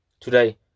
today